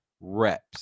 Reps